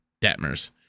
Detmers